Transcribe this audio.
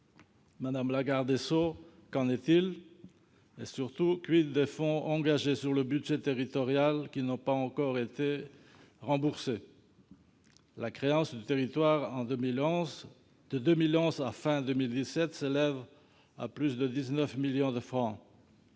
madame la garde des sceaux, et surtout des fonds engagés sur le budget territorial qui n'ont pas encore été remboursés ? La créance du territoire entre 2011 et fin 2017 s'élève à plus de 19 millions de francs,